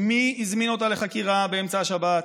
מי הזמין אותה לחקירה באמצע השבת?